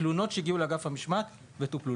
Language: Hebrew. תלונות שהגיעו לאגף המשמעת וטופלו.